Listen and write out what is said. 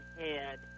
head